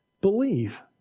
believe